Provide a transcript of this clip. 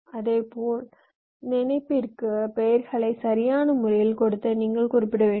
இதேபோல் இந்த இணைப்பிற்கு பெயர்களை சரியான முறையில் கொடுத்து நீங்கள் குறிப்பிட வேண்டும்